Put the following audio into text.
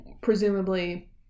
presumably